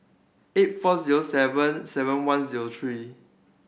eight four zero seven seven one zero three